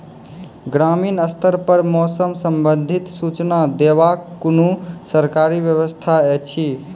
ग्रामीण स्तर पर मौसम संबंधित सूचना देवाक कुनू सरकारी व्यवस्था ऐछि?